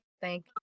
Thank